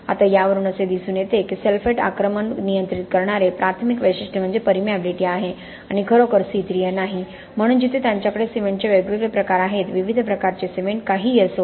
आता यावरून असे दिसून येते की सल्फेट आक्रमण नियंत्रित करणारे प्राथमिक वैशिष्ट्य म्हणजे परमिएबिलिटी आहे आणि खरोखर C3A नाही म्हणून येथे त्यांच्याकडे सिमेंटचे वेगवेगळे प्रकार आहेत विविध प्रकारचे सिमेंट काहीही असो